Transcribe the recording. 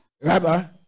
remember